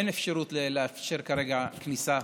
אין אפשרות לאפשר כרגע כניסה,